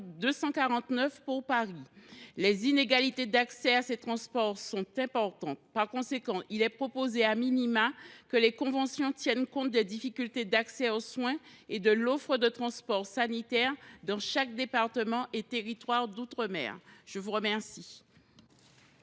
249 à Paris. Les inégalités d’accès à ce mode de transport sont donc importantes. Par conséquent, nous proposons que les conventions tiennent compte des difficultés d’accès aux soins et de l’offre de transports sanitaires dans chaque département et territoire d’outre mer. Quel